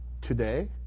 today